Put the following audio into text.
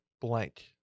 blank